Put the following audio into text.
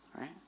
right